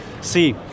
see